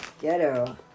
ghetto